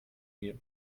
mir